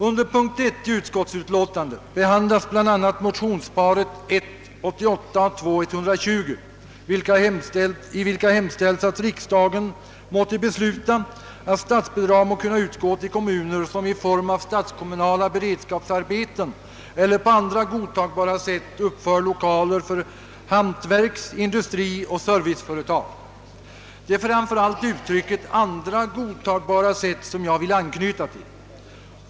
Under punkt 1 i statsutskottets utlåtande behandlas bl.a. motionsparet I: 88 och II: 120. Där har hemställts att »riksdagen måtte besluta att statsbidrag må kunna utgå till kommuner som i form av statskommunala beredskapsarbeten eller på andra godtagbara sätt uppför lokaler för hantverks-, industrioch serviceföretag». Det är framför allt uttrycket »andra godtagbara sätt» som jag vill anknyta till.